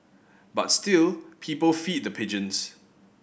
but still people feed the pigeons